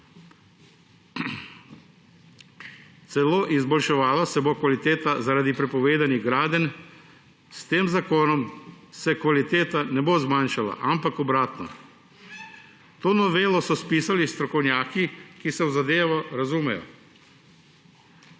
Celo izboljševala se bo kvaliteta zaradi prepovedanih gradenj. S tem zakonom se kvaliteta ne bo zmanjšala, ampak obratno. To novelo so spisali strokovnjaki, ki se na zadevo razumejo.